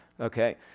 okay